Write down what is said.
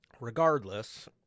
regardless